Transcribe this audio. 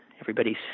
everybody's